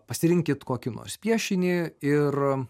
pasirinkit kokį nors piešinį ir